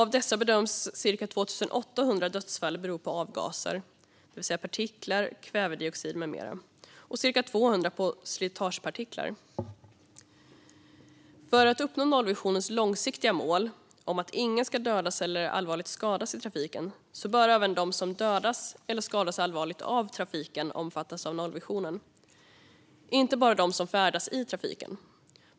Av dessa bedöms cirka 2 800 dödsfall bero på avgaser, det vill säga partiklar, kvävedioxid med mera, och cirka 200 på slitagepartiklar. För att uppnå nollvisionens långsiktiga mål om att ingen ska dödas eller skadas allvarligt i trafiken bör även de som dödas eller skadas allvarligt av trafiken omfattas av nollvisionen, inte bara de som färdas i trafiken.